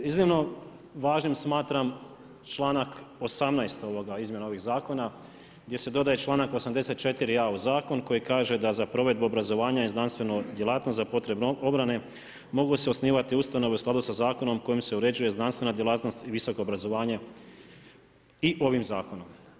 Iznimno važnim smatram članak 18. izmjena ovih zakona gdje se dodaje članak 84.a u zakon koji kaže da za provedbu obrazovanja i znanstvenu djelatnost za potrebu obrane mogu se osnivati ustanove u skladu sa zakonom kojim se uređuje znanstvena djelatnost i visoko obrazovanje i ovim zakonom.